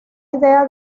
idea